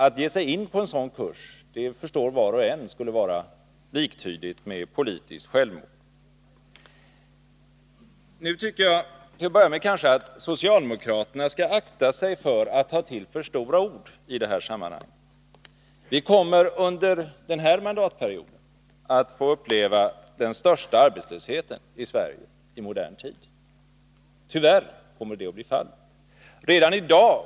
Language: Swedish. Att ge sig in på en sådan kurs skulle vara liktydigt med politiskt självmord. Nu tycker jag till en början att socialdemokraterna kanske skall akta sig för att ta till för stora ord i det här sammanhanget. Vi kommer under denna mandatperiod att få uppleva den största arbetslösheten i Sverige i modern tid. Tyvärr kommer det att bli fallet.